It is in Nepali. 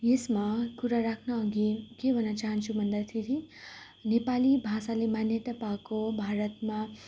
यसमा कुरा राख्नअघि के भन्नु चाहन्छु भन्दाखेरि नेपाली भाषाले मान्यता पाएको भारतमा